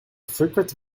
frequent